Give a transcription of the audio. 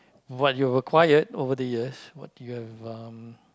what you've acquired over the years what do you have um